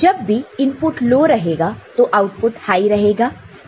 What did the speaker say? जब भी input low रहेगा तो आउटपुट हाई रहेगा